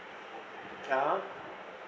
ya